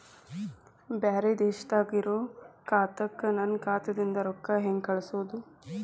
ಬ್ಯಾರೆ ದೇಶದಾಗ ಇರೋ ಖಾತಾಕ್ಕ ನನ್ನ ಖಾತಾದಿಂದ ರೊಕ್ಕ ಹೆಂಗ್ ಕಳಸೋದು?